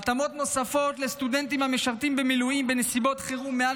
התאמות נוספות לסטודנטים המשרתים במילואים בנסיבות חירום מעל